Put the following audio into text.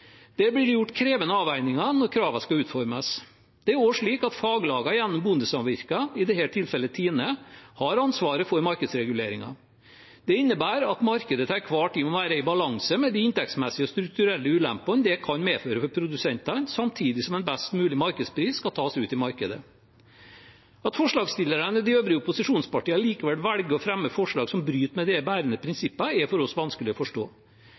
blir det gjort krevende avveininger når kravene skal utformes. Det er også slik at faglagene gjennom bondesamvirkene, i dette tilfellet TINE, har ansvaret for markedsreguleringen. Det innebærer at markedet til enhver tid må være i balanse med de inntektsmessige strukturelle ulempene det kan medføre for produsentene, samtidig som en best mulig markedspris skal tas ut i markedet. At forslagsstillerne og de øvrige opposisjonspartiene likevel velger å fremme forslag som bryter med de bærende prinsippene, er for oss vanskelig å forstå.